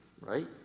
right